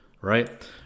right